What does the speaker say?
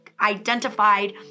identified